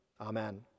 Amen